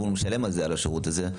והוא משלם על השירות הזה.